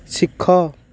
ଶିଖ